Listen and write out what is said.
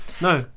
no